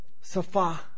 Safa